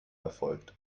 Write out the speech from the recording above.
erfolgt